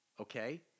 Okay